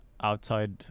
outside